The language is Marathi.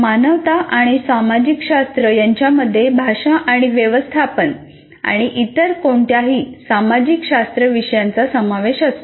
मानवता आणि सामाजिक शास्त्र यांच्यामध्ये भाषा आणि व्यवस्थापन आणि इतर कोणत्याही सामाजिक शास्त्र विषयांचा समावेश असतो